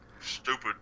Stupid